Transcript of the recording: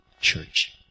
church